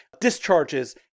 discharges